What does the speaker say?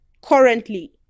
currently